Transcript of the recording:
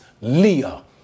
Leah